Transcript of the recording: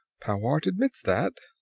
powart admits that.